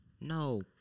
No